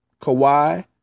Kawhi